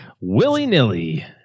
willy-nilly